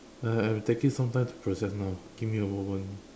I I'm taking some time to process now give me a moment